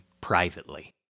privately